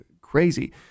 crazy